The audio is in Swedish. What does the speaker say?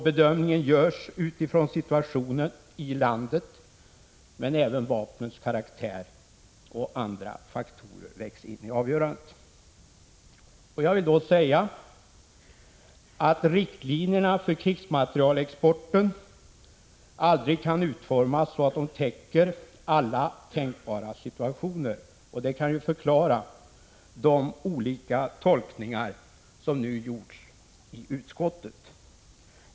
Bedömningen görs utifrån situationen i landet, men även vapnens karaktär och andra faktorer vägs in i avgörandet. Jag vill framhålla att riktlinjerna för krigsmaterielexporten aldrig kan utformas så, att de täcker alla tänkbara situationer, och det kan förklara de olika tolkningar som nu gjorts i utskottet.